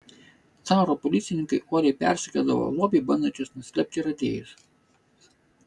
caro policininkai uoliai persekiodavo lobį bandančius nuslėpti radėjus